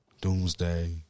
Doomsday